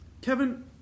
Kevin